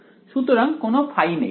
সুতরাং কোনো ফাই নেই